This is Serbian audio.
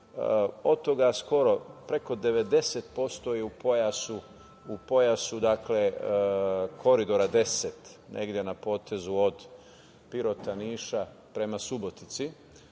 Od toga skoro preko 90% je u pojasu Koridora 10, negde na potezu od Pirota, Niša, prema Subotici,